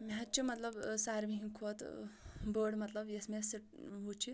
مےٚ حظ چھِ مطلب ٲں ساروٕے ہنٛدۍ کھۄتہٕ ٲں بٔڑ مطلب یۄس مےٚ سُہ ہُو چھِ